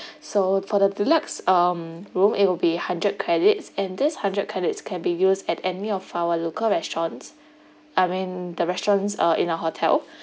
so for the deluxe um room it will be hundred credits and this hundred credits can be used at any of our local restaurants I mean the restaurants uh in our hotel